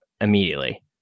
immediately